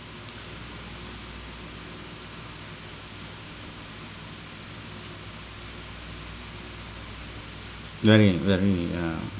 very very yeah